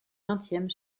vingtième